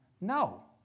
No